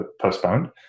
postponed